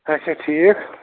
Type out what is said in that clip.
اَچھا ٹھیٖک